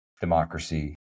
democracy